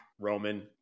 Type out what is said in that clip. Roman